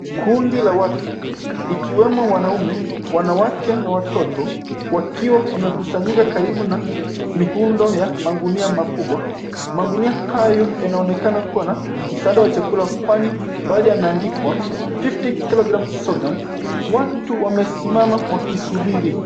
Kundi la watu ikiwemo wanaume, wanawake na watoto wakiwa wamekusanyika karibu na mirundo ya magunia makubwa . Magunia hayo yanaonekana kuwa na misaada ya chakula kwani baadhi yameandikwa [cs ] 50 kg sorghum[cs ]. Watu wamesimama wakisubiri.